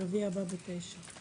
רביעי הבא בשעה תשע.